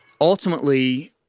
ultimately